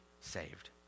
saved